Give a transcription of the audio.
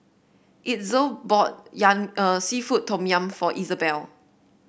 Itzel bought yum seafood Tom Yum for Izabelle